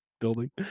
building